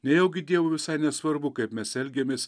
nejaugi dievui visai nesvarbu kaip mes elgiamės